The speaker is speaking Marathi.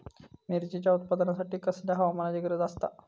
मिरचीच्या उत्पादनासाठी कसल्या हवामानाची गरज आसता?